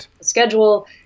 schedule